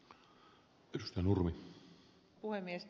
arvoisa puhemies